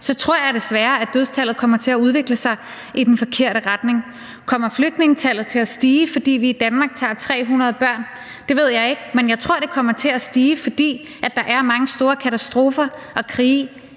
tror jeg desværre, at dødstallet kommer til at udvikle sig i den forkerte retning. Kommer flygtningetallet til at stige, fordi vi i Danmark tager 300 børn? Det ved jeg ikke, men jeg tror, det kommer til at stige, fordi der er mange store katastrofer og krige